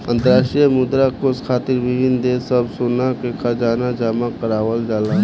अंतरराष्ट्रीय मुद्रा कोष खातिर विभिन्न देश सब सोना के खजाना जमा करावल जाला